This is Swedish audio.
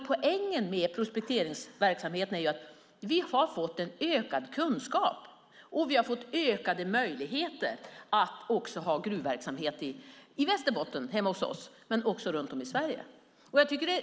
Poängen med prospekteringsverksamheten är att vi har fått ökad kunskap och ökade möjligheter att ha gruvverksamhet i Västerbotten och runt om i Sverige.